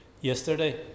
yesterday